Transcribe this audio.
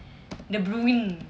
de bruyne